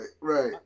right